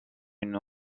une